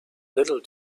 little